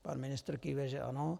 Pan ministr kýve, že ano.